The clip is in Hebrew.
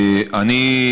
אני,